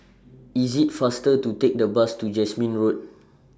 IS IT faster to Take The Bus to Jasmine Road